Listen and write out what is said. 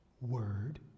word